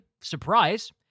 surprise